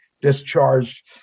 discharged